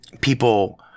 people